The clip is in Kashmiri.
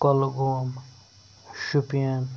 کۄلگوم شُپیَن